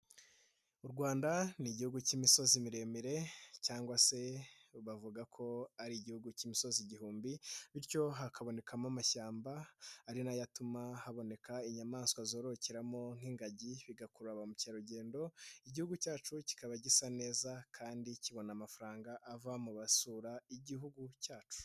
U Rwanda ni igihugu cy'imisozi miremire cyangwa se bavuga ko ari igihugu cy'imisozi igihumbi, bityo hakabonekamo amashyamba, ari nayo atuma haboneka inyamaswa zorokeramo nk'ingagi bigakuru ba mukerarugendo, igihugu cyacu kikaba gisa neza kandi kibona amafaranga ava mu basura igihugu cyacu.